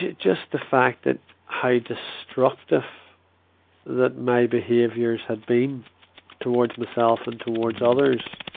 just the fact that how destructive that my behaviors had been towards myself and towards others.